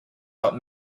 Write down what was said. dot